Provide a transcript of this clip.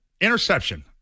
interception